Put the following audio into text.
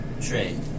trade